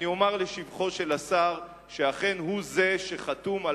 אני אומר לשבחו של השר שאכן הוא זה שחתום על